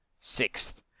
sixth